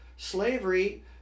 Slavery